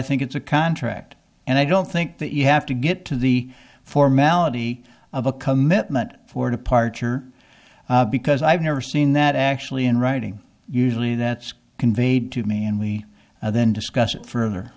think it's a contract and i don't think that you have to get to the formality of a commitment for departure because i've never seen that actually in writing usually that's conveyed to me and we then discuss it